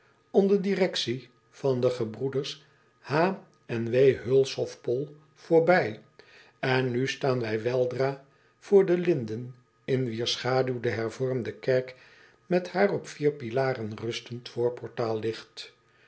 onder directie van de gebr en ulshoff o l voorbij en nu staan wij weldra voor de linden in wier schaduw de ervormde kerk met haar op vier pilaren rustend voorportaal ligt